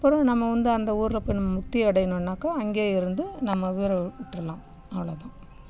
அப்புறம் நம்ம வந்து அந்த ஊரில் போய் நம்ம முக்தி அடையணுன்னாக்கால் அங்கேயே இருந்து நம்ம உயிரை விட்ருலாம் அவ்வளோ தான்